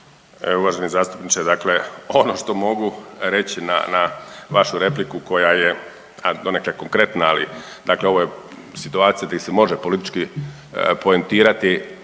uvaženi zastupniče, dakle ono što mogu reći na, na vašu repliku koja je donekle konkretna, ali dakle ovo je situacija di se može politički poentirati,